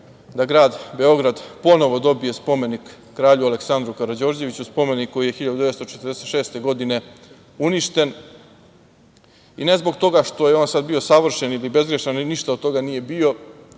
da Grad Beograd ponovo dobije spomenik Kralju Aleksandru Karađorđeviću, spomenik koji je 1946. godine uništen i ne zbog toga što je on sad bio savršen ili bezgrešan ili ništa od toga nije bio,